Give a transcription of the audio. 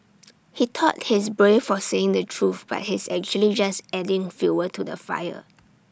he thought he's brave for saying the truth but he's actually just adding fuel to the fire